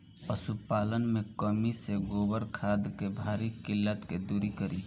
पशुपालन मे कमी से गोबर खाद के भारी किल्लत के दुरी करी?